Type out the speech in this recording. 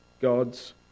God's